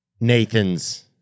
Nathan's